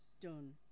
done